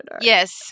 yes